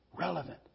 Relevant